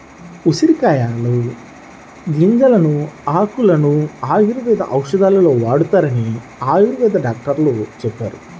ఉసిరికాయల గింజలను, ఆకులను ఆయుర్వేద ఔషధాలలో వాడతారని ఆయుర్వేద డాక్టరు చెప్పారు